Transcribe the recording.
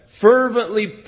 fervently